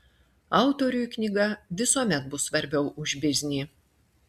autoriui knyga visuomet bus svarbiau už biznį